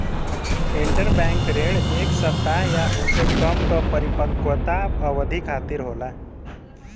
interbank ऋण एक सप्ताह या ओसे कम क परिपक्वता अवधि खातिर होला